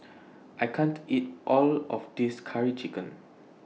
I can't eat All of This Curry Chicken